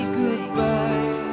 goodbye